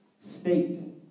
state